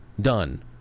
done